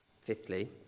fifthly